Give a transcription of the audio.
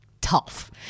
tough